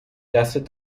دستت